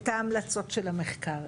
את ההמלצות של המחקר,